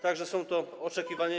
Tak, że są to oczekiwania.